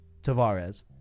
Tavares